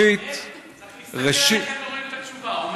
צריך להסתכל עליכם ולראות את התשובה.